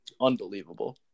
unbelievable